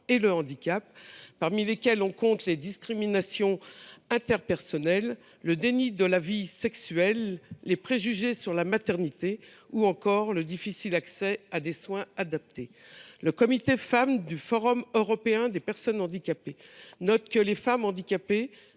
et le handicap, parmi lesquelles on compte les discriminations interpersonnelles, le déni de la vie sexuelle, les préjugés sur la maternité ou encore le difficile accès à des soins adaptés. Le comité Femmes du Forum européen des personnes handicapées note que les femmes handicapées